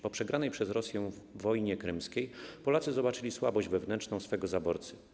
Po przegranej przez Rosję wojnie krymskiej Polacy zobaczyli słabość wewnętrzną swego zaborcy.